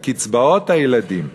על קצבאות הילדים.